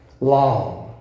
Long